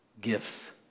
gifts